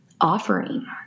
offering